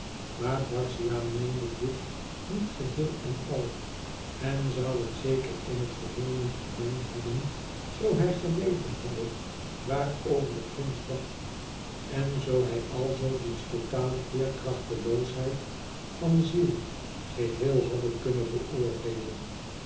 maar barzia meende dit niet geheel en al en zoû het zeker in het geheel niet gemeend hebben zoo hij geweten hadde waarover de prins dacht en zoo hij alzoo diens totale veêrkrachteloosheid van ziel gehéel hadde kunnen beoordeelen